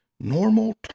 Normal